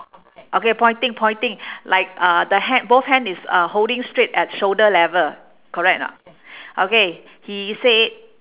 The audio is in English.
okay pointing pointing like uh the ha~ both hand is uh holding straight at shoulder level correct or not okay he said